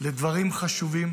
לדברים חשובים,